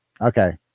okay